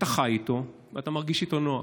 אתה חי איתו ואתה מרגיש איתו נוח.